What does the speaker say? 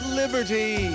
liberty